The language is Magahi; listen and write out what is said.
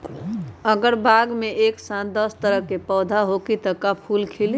अगर बाग मे एक साथ दस तरह के पौधा होखि त का फुल खिली?